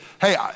hey